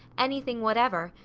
anything whatever,